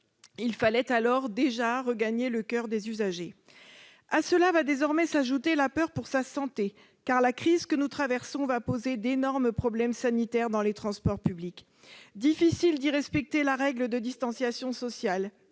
Il fallait alors déjà regagner le coeur des usagers. À cela va désormais s'ajouter la peur pour sa santé, car la crise que nous traversons va poser d'énormes problèmes sanitaires dans les transports publics : difficile d'y respecter la règle de distanciation sociale,